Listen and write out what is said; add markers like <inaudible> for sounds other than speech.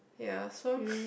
ya so <breath>